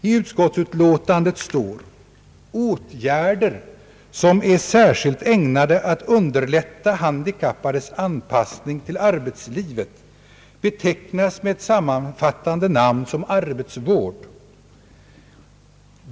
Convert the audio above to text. I utskottsutlåtandet står: »Åtgärder, som är särskilt ägnade att underlätta handikappades anpassning till arbetslivet, betecknas med ett sammanfattande namn som arbetsvård.